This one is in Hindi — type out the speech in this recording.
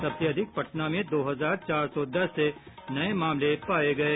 सबसे अधिक पटना में दो हजार चार सौ दस नये मामले पाये गये